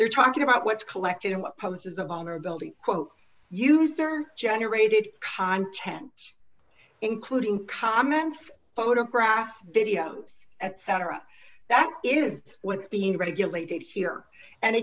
they're talking about what's collected in what poses the vulnerability quote user generated content including comments photographs videos etc that is what's being regulated here and